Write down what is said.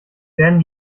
werden